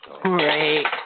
Great